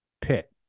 pit